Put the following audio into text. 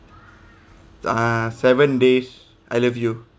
uh seven days I love you